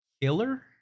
Killer